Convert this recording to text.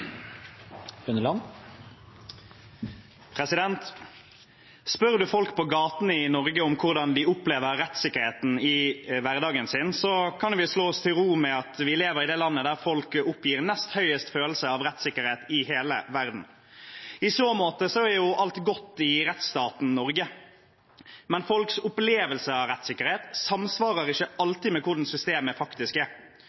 folk på gaten i Norge om hvordan de opplever rettssikkerheten i hverdagen sin, kan vi slå oss til ro med at vi lever i det landet der folk oppgir den nest høyeste følelse av rettssikkerhet i hele verden. I så måte er alt godt i rettsstaten Norge. Men folks opplevelse av rettssikkerhet samsvarer ikke